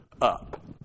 up